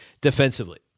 defensively